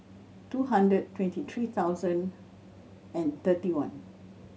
two hundred twenty three thousand and thirty one